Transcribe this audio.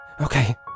Okay